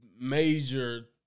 major